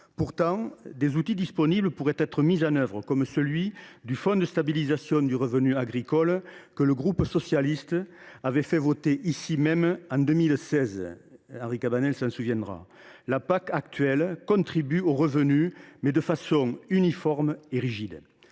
Pourtant, des outils disponibles pourraient être mis en œuvre, comme le fonds de stabilisation du revenu agricole que le groupe socialiste avait fait adopter ici même en 2016 ; Henri Cabanel s’en souvient. La PAC actuelle contribue au revenu des agriculteurs, mais de façon uniforme et rigide.